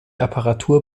apparatur